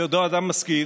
בהיותו אדם משכיל,